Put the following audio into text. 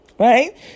Right